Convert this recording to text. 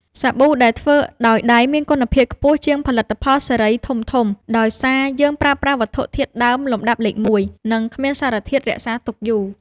សាប៊ូដែលធ្វើដោយដៃមានគុណភាពខ្ពស់ជាងផលិតផលស៊េរីធំៗ ដោយសារយើងប្រើប្រាស់វត្ថុធាតុដើមលំដាប់លេខមួយ និងគ្មានសារធាតុរក្សាទុកយូរ។